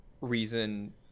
reason